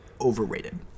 overrated